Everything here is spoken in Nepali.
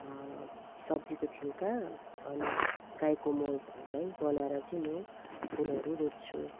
सब्जीको छिल्का अनि गाईको मलहरूलाई बनाएर चाहिँ म फुलहरू रोप्छु